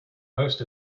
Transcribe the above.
most